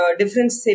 difference